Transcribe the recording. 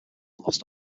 lost